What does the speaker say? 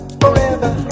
forever